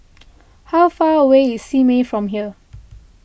how far away is Simei from here